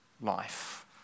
life